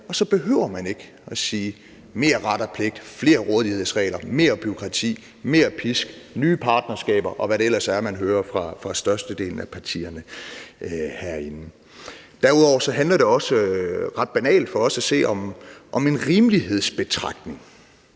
Og så behøver man ikke at tale om mere ret og pligt, flere rådighedsregler, mere bureaukrati, mere pisk, nye partnerskaber, og hvad man ellers hører fra størstedelen af partierne herinde. Derudover handler det for os at se ret banalt set også om en rimelighedsbetragtning.